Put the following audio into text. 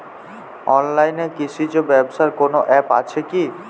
অনলাইনে কৃষিজ ব্যবসার কোন আ্যপ আছে কি?